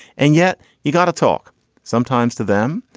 and yet you gotta talk sometimes to them,